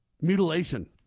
mutilation